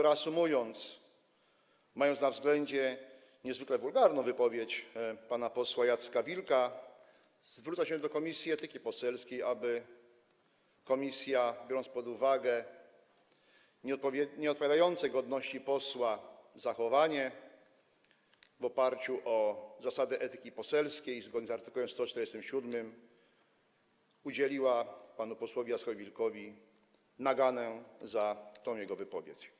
Reasumując - mając na względzie niezwykle wulgarną wypowiedź pana posła Jacka Wilka, zwrócę się do Komisji Etyki Poselskiej, aby komisja, biorąc pod uwagę nieodpowiadające godności posła zachowanie, w oparciu o Zasady etyki poselskiej, zgodnie z art. 147, udzieliła panu posłowi Jackowi Wilkowi nagany za tę jego wypowiedź.